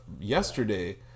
Yesterday